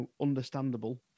understandable